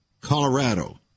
Colorado